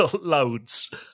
loads